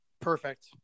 Perfect